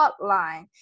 Hotline